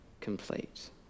complete